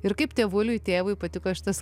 ir kaip tėvuliui tėvui patiko šitas